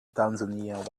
tanzania